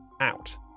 out